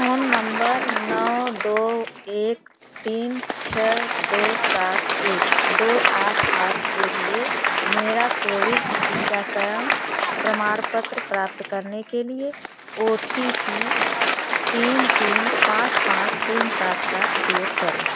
phone number नौ दो एक तीन छः दो सात एक दो आठ आठ के लिए मेरा कोविड टीकाकरण प्रमाणपत्र प्राप्त करने के लिए ओ टी पी तीन तीन पाँच पाँच तीन सात का उपयोग करें